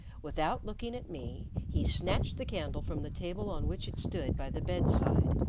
without looking at me, he snatched the candle from the table on which it stood by the bedside,